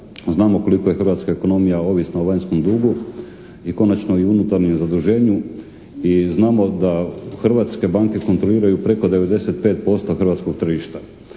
Znamo koliko je hrvatska ekonomija ovisna o vanjskom dugu i konačno i unutarnjem zaduženju i znamo da hrvatske banke kontroliraju preko 95% hrvatskog tržišta